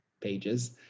pages